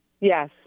Yes